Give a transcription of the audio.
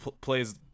plays